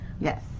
Yes